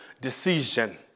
decision